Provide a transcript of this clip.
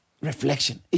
reflection